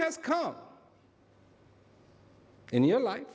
has come in your life